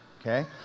okay